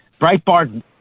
Breitbart